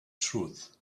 truth